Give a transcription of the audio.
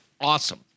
awesome